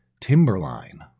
Timberline